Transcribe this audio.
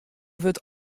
wurdt